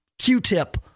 Q-tip